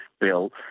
bill